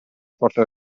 porta